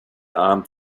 armed